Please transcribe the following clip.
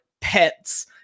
pets